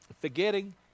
Forgetting